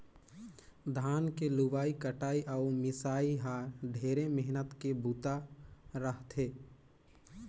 धान के लुवई कटई अउ मिंसई ह ढेरे मेहनत के बूता रह थे